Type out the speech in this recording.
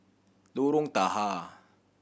Lorong Tahar